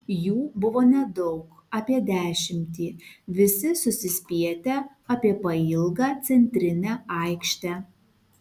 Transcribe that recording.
jų buvo nedaug apie dešimtį visi susispietę apie pailgą centrinę aikštę